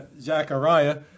Zechariah